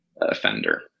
offender